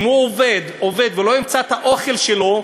אם הוא עובד ולא ימצא את האוכל שלו,